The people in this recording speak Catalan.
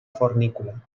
fornícula